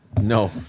No